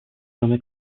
nome